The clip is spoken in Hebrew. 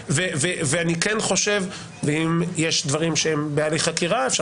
ואני כן חושב ואם יש דברים שהם בהליך חקירה אפשר